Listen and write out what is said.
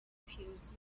پیروزی